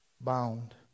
bound